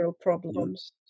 problems